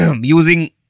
using